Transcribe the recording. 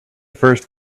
first